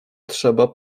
trzeba